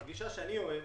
הגישה שאני אוהב,